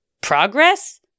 Progress